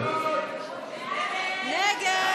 מי נגד?